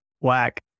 whack